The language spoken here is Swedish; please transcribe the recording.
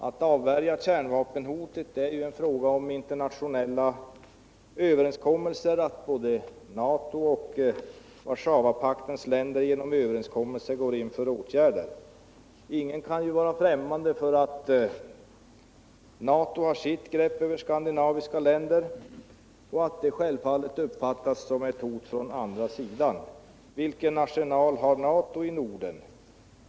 Att avvärja kärnvapenhotet är en fråga om internationella överenskommelser; att både NATO och Warszawapaktens länder genom överenskommelser går in för åtgärder. Ingen kan vara främmande för att NATO har sitt grepp över skandinaviska länder och att det självfallet uppfattas som ett hot från andra sidan. Vilken arsenal har NATO i Norden?